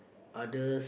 others